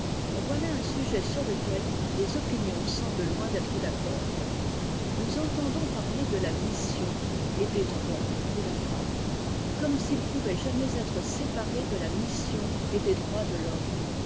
voilà un sujet sur lequel les opinions semblent loin d'être d'accord nous entendons parler de la mission et des f droits de la femme comme s'ils pouvaient jamais être séparés de la mission et des droits de l'homme